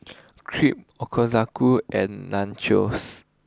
Crepe Ochazuke and Nachos